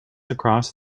across